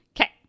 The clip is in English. okay